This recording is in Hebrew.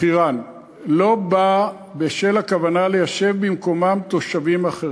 חירן לא בא בשל הכוונה ליישב שם במקום תושבים אחרים.